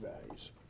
values